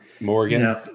Morgan